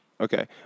Okay